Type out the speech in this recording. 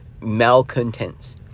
malcontents